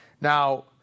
Now